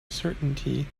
certainty